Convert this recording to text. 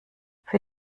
für